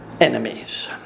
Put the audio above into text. enemies